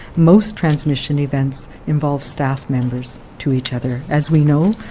most transmission events involve staff members to each other. as we know,